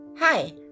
Hi